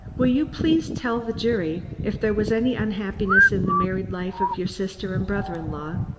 will you please tell the jury if there was any unhappiness in the married life of your sister and brother-in-law?